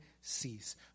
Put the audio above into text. cease